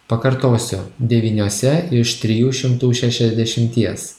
pakartosiu devyniose iš trijų šimtų šešiasdešimties